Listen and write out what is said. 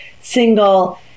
single